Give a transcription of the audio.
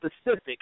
specific